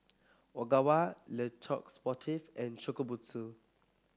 Ogawa Le Coq Sportif and Shokubutsu